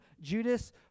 Judas